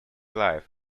life